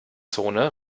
zone